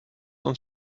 uns